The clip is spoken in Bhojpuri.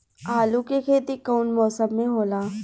आलू के खेती कउन मौसम में होला?